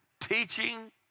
Teaching